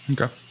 okay